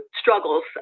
struggles